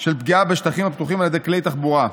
של פגיעה בשטחים הפתוחים על ידי כלי תחבורה.